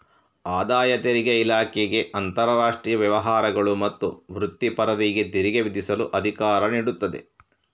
ಆದಾಯ ತೆರಿಗೆ ಇಲಾಖೆಗೆ ಅಂತರಾಷ್ಟ್ರೀಯ ವ್ಯವಹಾರಗಳು ಮತ್ತು ವೃತ್ತಿಪರರಿಗೆ ತೆರಿಗೆ ವಿಧಿಸಲು ಅಧಿಕಾರ ನೀಡುತ್ತದೆ